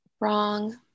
wrong